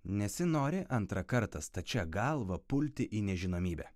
nesinori antrą kartą stačia galva pulti į nežinomybę